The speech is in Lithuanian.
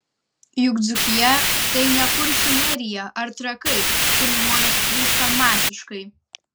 juk dzūkija tai ne kuršių nerija ar trakai kur žmonės plūsta masiškai